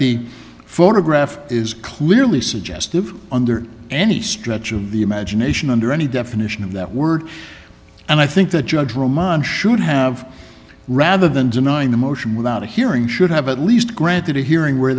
the photograph is clearly suggestive under any stretch of the imagination under any definition of that word and i think the judge room on should have rather than denying the motion without a hearing should have at least granted a hearing where